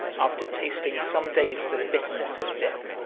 after tasting some days the bitterness of death,